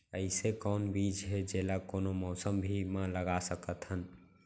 अइसे कौन बीज हे, जेला कोनो मौसम भी मा लगा सकत हन?